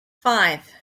five